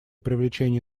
привлечение